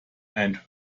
and